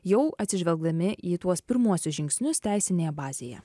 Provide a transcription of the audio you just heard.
jau atsižvelgdami į tuos pirmuosius žingsnius teisinėje bazėje